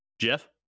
Jeff